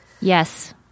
Yes